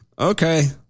Okay